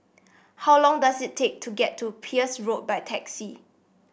how long does it take to get to Peirce Road by taxi